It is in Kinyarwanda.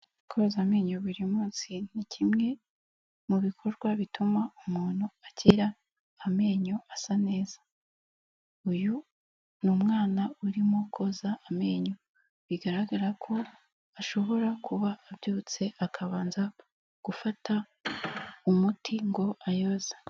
Koza amenyo buri munsi ni kimwe mu bikorwa bituma umuntu akira amenyo asa neza. Uyu ni umwana urimo koza amenyo. Bigaragara ko ashobora kuba abyutse akabanza gufata umuti ngo ayoze.